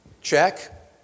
check